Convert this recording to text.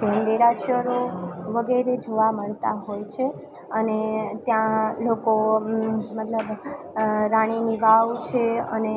જૈન દેરાસરો વગેરે જોવા મળતા હોય છે અને ત્યાં લોકો મતલબ રાણીની વાવ છે અને